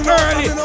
early